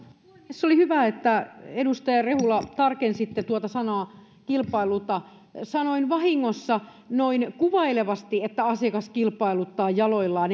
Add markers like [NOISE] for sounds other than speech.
se oli hyvä että edustaja rehula tarkensitte tuota sanaa kilpailuta sanoin vahingossa noin kuvailevasti että asiakas kilpailuttaa jaloillaan [UNINTELLIGIBLE]